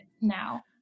now